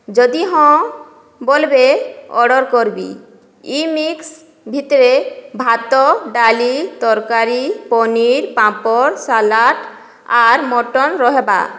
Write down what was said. ଯଦି ହଁ ବଲ୍ବେ ଅର୍ଡ଼ର୍ କର୍ବି ଇ ମିକ୍ସ ଭିତ୍ରେ ଭାତ ଡାଲି ତରକାରୀ ପାନିର୍ ପାମ୍ପଡ୍ ସାଲାଡ୍ ଆର୍ ମଟନ୍ ରହେବା